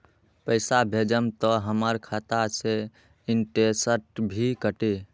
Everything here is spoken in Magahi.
पैसा भेजम त हमर खाता से इनटेशट भी कटी?